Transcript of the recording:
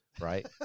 right